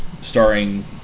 starring